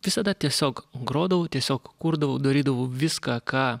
visada tiesiog grodavau tiesiog kurdavau darydavau viską ką